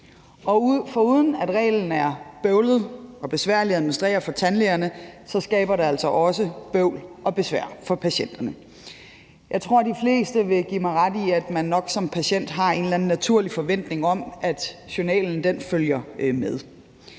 Foruden at reglen er bøvlet og besværlig at administrere for tandlægerne, skaber det altså også bøvl og besvær for patienterne. Jeg tror, at de fleste vil give mig ret i, at man nok som patient har en eller anden naturlig forventning om, at journalen følger med.